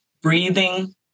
breathing